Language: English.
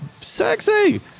Sexy